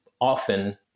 often